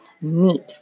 meat